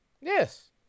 Yes